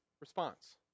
response